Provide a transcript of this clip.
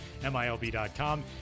MILB.com